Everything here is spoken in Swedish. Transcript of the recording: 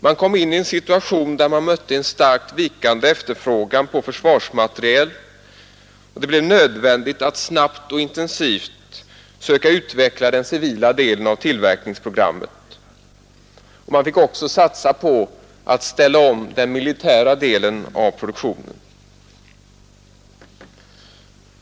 Man kom in i en situation, där man mötte en starkt vikande efterfrågan på försvarsmateriel, och det blev nödvändigt att snabbt och intensivt söka utveckla den civila delen av tillverkningsprogrammet. Man fick också satsa på att ställa om den militära delen av produktionen.